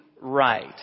right